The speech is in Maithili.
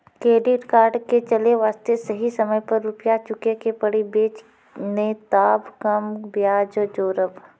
क्रेडिट कार्ड के चले वास्ते सही समय पर रुपिया चुके के पड़ी बेंच ने ताब कम ब्याज जोरब?